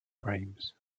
frames